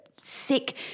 sick